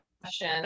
question